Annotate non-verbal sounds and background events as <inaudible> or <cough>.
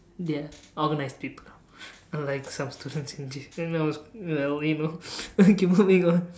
they are organized people unlike some students in J in our school uh you know <noise> okay keep moving on